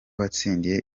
watsindiye